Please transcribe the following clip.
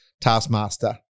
taskmaster